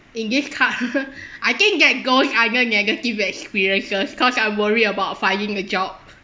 in this ca~ I think that goes under negative experiences cause I worry about finding a job